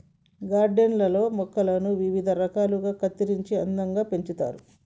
garden లల్లో మొక్కలను వివిధ రకాలుగా కత్తిరించి అందంగా పెంచుతారు